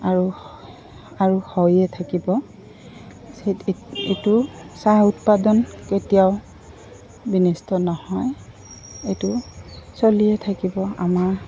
আৰু আৰু হৈয়ে থাকিব এইটো চাহ উৎপাদন কেতিয়াও বিনষ্ট নহয় এইটো চলিয়ে থাকিব আমাৰ